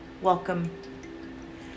welcome